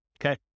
okay